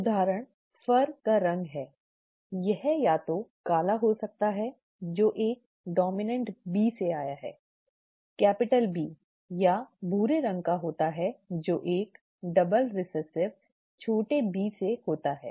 उदाहरण फर का रंग है यह या तो काला हो सकता है जो एक डोमिनेंट B से आया है कैपिटल B या भूरे रंग का होता है जो एक डबल रिसेसिव छोटी b से होता है